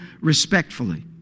respectfully